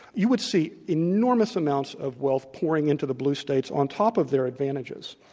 you would see enormous amounts of wealth pouring into the blue states on top of their advantages.